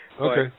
Okay